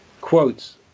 quotes